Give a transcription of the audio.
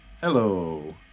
hello